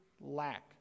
lack